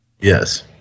Yes